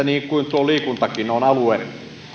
niin kuin liikuntakin on tällainen alue